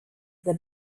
the